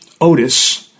Otis